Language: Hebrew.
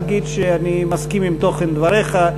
אגיד שאני מסכים עם תוכן דבריך,